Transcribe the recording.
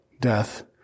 death